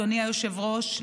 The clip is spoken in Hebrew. אדוני היושב-ראש,